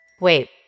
Wait